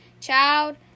Child